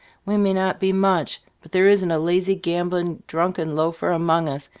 we may not be much, but there isn't a lazy, gambling, drunken loafer among us,